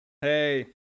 Hey